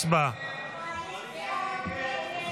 הסתייגות 88 לא